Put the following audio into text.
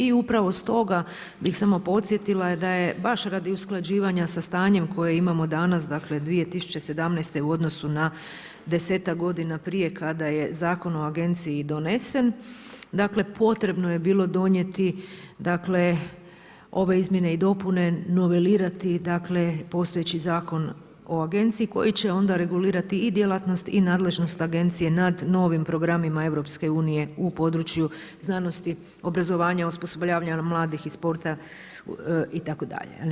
I upravo stoga bih samo podsjetila da je baš radi usklađivanja sa stanjem koje imamo danas 2017. u odnosu na desetak godina prije kada je Zakon o agenciji donesen, dakle potrebno je bilo donijeti ove izmjene i dopune, novelirati postojeći Zakon o agenciji koji će onda regulirati i djelatnost i nadležnost agencije nad novim programima EU u području znanosti, obrazovanja, osposobljavanja mladih i sporta itd.